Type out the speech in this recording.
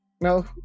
no